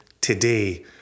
today